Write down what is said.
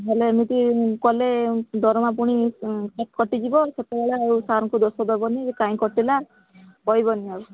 ହେଲେ ଏମିତି କଲେ ଦରମା ପୁଣି କେତେବେଳେ କଟିଯିବ ସେତେବେଳେ ଆଉ ସାର୍ଙ୍କୁ ଦୋଷ ଦେବନି କାହିଁକି କଟିଲା କହିବନି ଆଉ